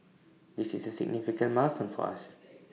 this is A significant milestone for us